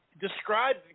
describe